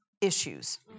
issues